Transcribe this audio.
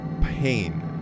pain